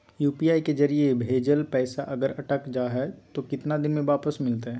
UPI के जरिए भजेल पैसा अगर अटक जा है तो कितना दिन में वापस मिलते?